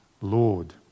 Lord